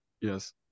yes